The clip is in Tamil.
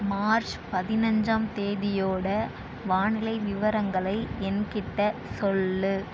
மார்ச் பதினைஞ்சாம் தேதியோடய வானிலை விவரங்களை என்கிட்ட சொல்லு